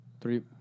Three